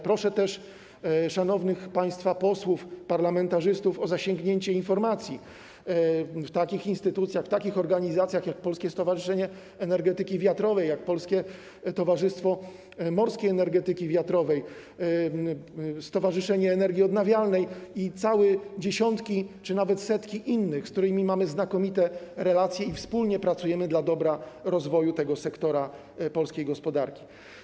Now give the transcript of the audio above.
Proszę też szanownych państwa posłów, parlamentarzystów o zasięgnięcie informacji w takich instytucjach, w takich organizacjach, jak Polskie Stowarzyszenie Energetyki Wiatrowej, jak Polskie Towarzystwo Morskiej Energetyki Wiatrowej, Stowarzyszenie Energii Odnawialnej i całych dziesiątkach czy nawet setkach innych, z którymi mamy znakomite relacje i wspólnie pracujemy dla dobra, rozwoju tego sektora polskiej gospodarki.